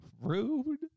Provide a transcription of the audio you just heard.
Rude